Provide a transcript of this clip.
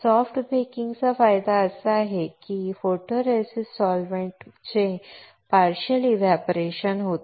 soft baking चा फायदा असा आहे की फोटोरेसिस्ट सॉल्व्हेंटचे पार्शियल एव्हपोरेशन होते